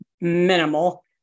minimal